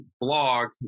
blog